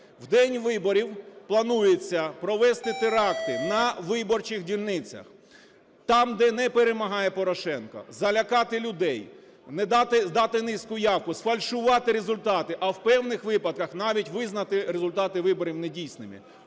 В день виборів планується провести теракти на виборчих дільницях. Там, де не перемагає Порошенко, залякати людей, не дати… дати низьку явку, сфальшувати результати, а в певних випадках навіть визнати результати виборів недійсними.